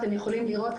אתם יכולים לראות,